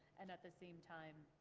and at the same time,